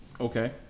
okay